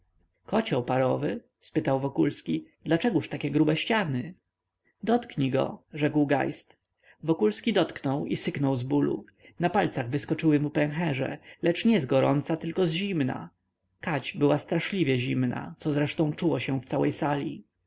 kocioł parowy spytał wokulski dlaczegóż takie grube ściany dotknij go rzekł geist wokulski dotknął i syknął z bólu na palcach wyskoczyły mu pęcherze lecz nie z gorąca tylko z zimna kadź była straszliwie zimna co zresztą czuło się w całej sali